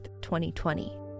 2020